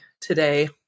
today